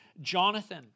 Jonathan